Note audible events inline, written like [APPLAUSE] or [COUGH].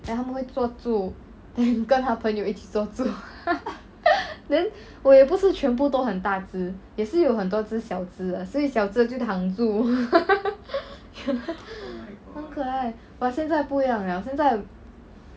then 他们会坐住 then 跟他朋友一起坐住 then 我也不是全部都很大只也是有很多只小只所以小只的就躺住 [LAUGHS] 很可爱 but 现在不一样了现在